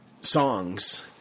songs